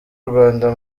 rwanda